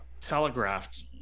telegraphed